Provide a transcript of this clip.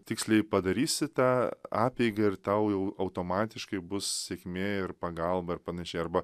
tiksliai padarysi tą apeigą ir tau jau automatiškai bus sėkmė ir pagalba ir panašiai arba